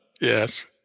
yes